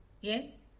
Yes